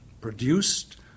produced